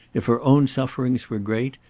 if her own sufferings were great,